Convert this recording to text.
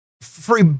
free